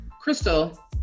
Crystal